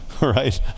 right